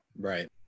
Right